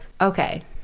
okay